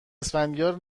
اسفندیار